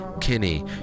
Kinney